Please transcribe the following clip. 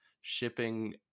shipping